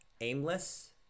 aimless